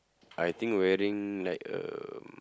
I think wearing like um